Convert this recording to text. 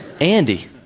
Andy